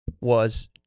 was-